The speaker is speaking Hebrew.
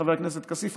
חבר הכנסת כסיף,